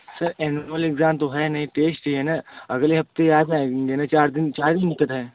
sir annual exam तो है नहीं टेस्ट ही है ना अगले हफ़्ते आ जाएँगे चार दिन चार ही दिन तक है